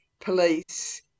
police